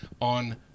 on